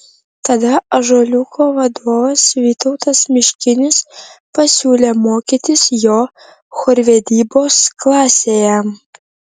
tada ąžuoliuko vadovas vytautas miškinis pasiūlė mokytis jo chorvedybos klasėje